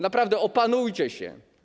Naprawdę opanujcie się.